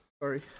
Sorry